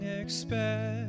expect